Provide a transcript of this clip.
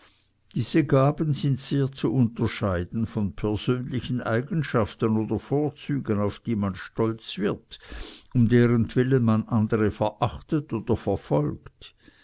diese gaben sind sehr zu unterscheiden von persönlichen eigenschaften oder vorzügen auf die man stolz wird um deretwillen man andere verachtet oder verfolgt